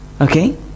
okay